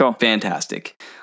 fantastic